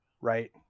right